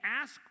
ask